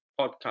podcast